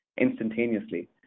instantaneously